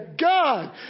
God